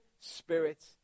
spirit